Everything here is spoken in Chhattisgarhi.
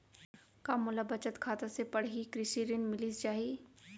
का मोला बचत खाता से पड़ही कृषि ऋण मिलिस जाही?